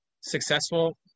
successful